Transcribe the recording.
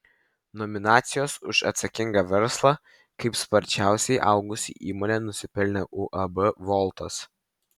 nominacijos už atsakingą verslą kaip sparčiausiai augusi įmonė nusipelnė uab voltas